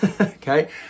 okay